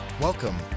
Welcome